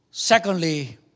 Secondly